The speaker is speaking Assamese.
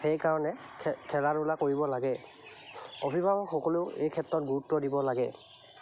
সেইকাৰণে খে খেলা ধূলা কৰিব লাগে অভিভাৱকসকলেও এই ক্ষেত্ৰত গুৰুত্ব দিব লাগে